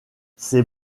ces